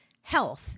health